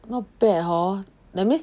not bad hor that means